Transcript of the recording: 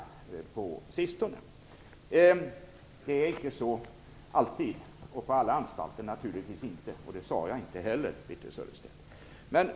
Det är naturligtvis inte så alltid eller på alla anstalter, det sade jag inte, Birthe Sörestedt.